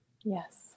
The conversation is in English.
Yes